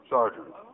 Sergeant